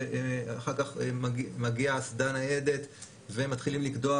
ואחר כך מגיעה אסדה ניידת ומתחילים לקדוח,